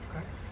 correct